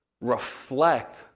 reflect